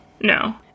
No